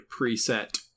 preset